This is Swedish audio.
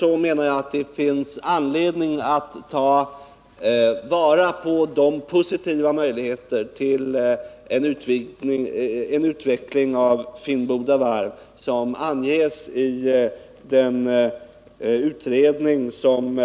Jag menar därför att det finns anledning att ta vara på de positiva möjligheter till en utveckling av Finnboda varv som anges i den utredning som